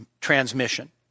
transmission